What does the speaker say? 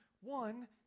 one